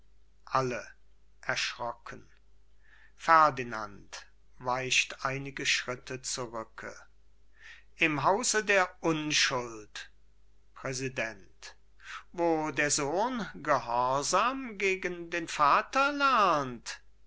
alle erschrocken ferdinand weicht einige schritte zurück im hause der unschuld präsident wo der sohn gehorsam gegen den vater